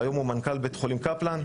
היום הוא מנכ"ל בית חולים קפלן.